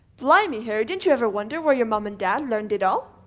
blimey, harry, didn't you ever wonder where your mom and dad learned it all?